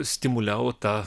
stimuliavo tą